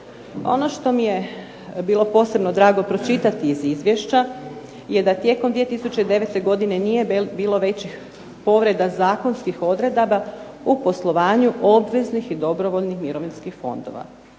Ono što mi je bilo posebno drago pročitati iz izvješća je da je tijekom 2009. godine nije bilo većih povreda zakonskih odredaba u poslovanju obveznih i dobrovoljnih mirovinskih fondova.